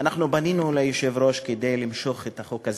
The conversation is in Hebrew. אנחנו פנינו ליושב-ראש כדי למשוך את החוק,